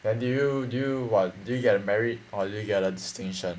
and did you did you what did you get a merit or did you get a distinction